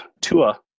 Tua